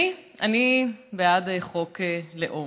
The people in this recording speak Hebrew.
אני בעד חוק לאום.